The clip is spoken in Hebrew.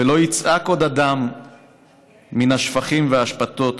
/ ולא יצעק עוד הדם מן השפכים והאשפתות,